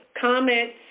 Comments